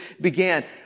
began